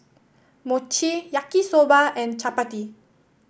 Mochi Yaki Soba and Chapati